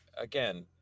again